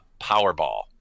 Powerball